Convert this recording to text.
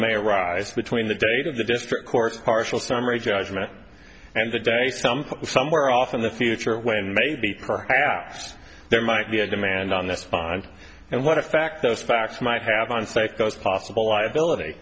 may arise between the date of the district court's partial summary judgment and the day some somewhere off in the future when maybe perhaps there might be a demand on this fine and what effect those facts might have on say those possible liability